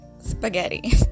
spaghetti